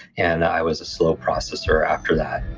and i was a slow processor after that.